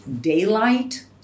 daylight